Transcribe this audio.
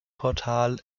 portal